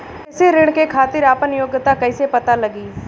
कृषि ऋण के खातिर आपन योग्यता कईसे पता लगी?